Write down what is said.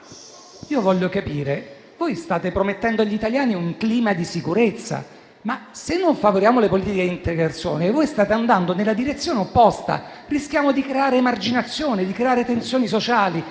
linguale. Voi state promettendo agli italiani un clima di sicurezza. Ma, se non favoriamo le politiche di integrazione, voi state andando nella direzione opposta. Rischiamo di creare emarginazione, rischiamo di creare tensioni sociali.